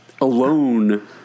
alone